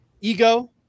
Ego